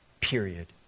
Period